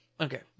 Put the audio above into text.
okay